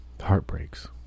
heartbreaks